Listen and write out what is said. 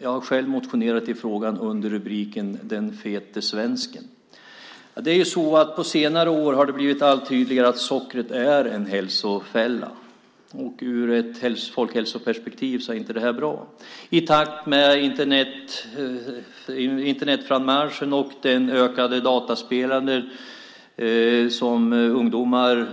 Jag har själv motionerat i frågan under rubriken Den fete svensken. På senare år har det blivit allt tydligare att sockret är en hälsofälla, och ur ett folkhälsoperspektiv är det inte bra. Internets frammarsch och det ökande datorspelandet som ungdomar